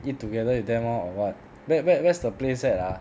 ear together with them lor or what where where where's the place at ah